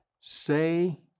say